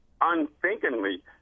unthinkingly